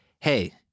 hey-